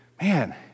man